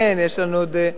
יש לנו עוד, כן, יש לנו עוד.